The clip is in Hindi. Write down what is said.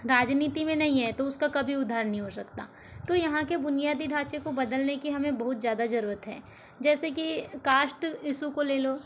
राजनीति में नहीं है तो उसका कभी उद्धार नहीं हो सकता तो यहाँ के बुनियादी ढाँचे को बदलने की हमें बहुत ज़्यादा जरूरत है जैसे कि कास्ट इशू को ले लो